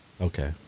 Okay